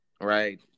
right